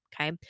okay